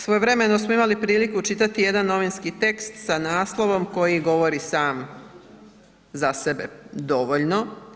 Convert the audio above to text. Svojevremeno smo imali priliku čitati jedan novinski tekst sa naslovom koji govori sam za sebe dovoljno.